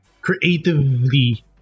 creatively